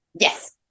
Yes